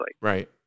Right